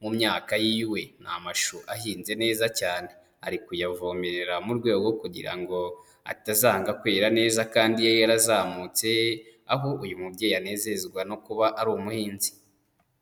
mu myaka y'iwe, ni amashu ahinze neza cyane, ari kuyavomerera mu rwego rwo kugira ngo atazanga kwera neza kandi yari yarazamutse, aho uyu mubyeyi anezezwa no kuba ari umuhinzi.